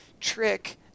trick